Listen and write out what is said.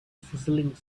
sizzling